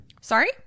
Sorry